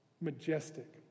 majestic